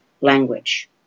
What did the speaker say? language